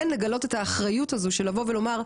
כן לגלות את האחריות הזו של לבוא ולומר,